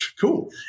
cool